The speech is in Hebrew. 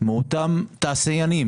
מאותם תעשיינים?